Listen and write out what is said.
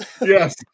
yes